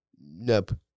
nope